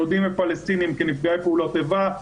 יהודים ופלסטינים כנפגעי פעולות איבה,